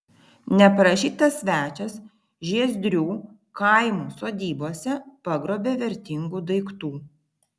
neprašytas svečias žiezdrių kaimų sodybose pagrobė vertingų daiktų